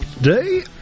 day